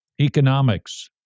Economics